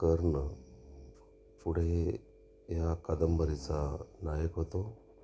कर्ण पुढे या कादंबरीचा नायक होतो